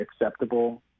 acceptable